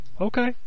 Okay